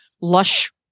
lush